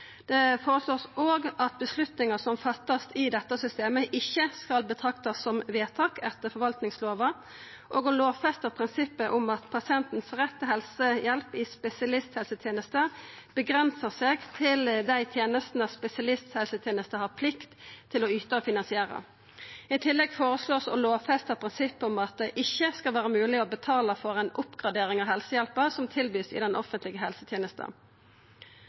Det vert òg føreslått at avgjerder som vert fatta i dette systemet, ikkje skal betraktast som vedtak etter forvaltingslova, og å lovfesta prinsippet om at pasienten sin rett til helsehjelp i spesialisthelsetenesta avgrensar seg til dei tenestene spesialisthelsetenesta har plikt til å yta og finansiera. I tillegg vert det føreslått å lovfesta prinsippet om at det ikkje skal vera mogleg å betala for ei oppgradering av helsehjelpa som vert tilbydd i den offentlege helsetenesta.